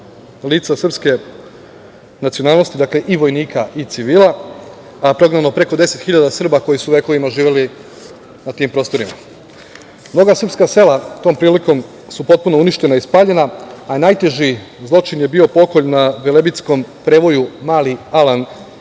lica srpske nacionalnosti. Dakle, i vojnika i civila, a prognano preko 10.000 Srba koji su vekovima živeli na tim prostorima. Mnoga srpska sela su tom prilikom potpuno uništena i spaljena, a najteži zločin je bio pokolj na velebitskom prevoju Mali Alan kada